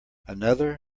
another